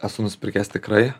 esu nusipirkęs tikrai